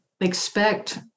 expect